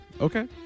okay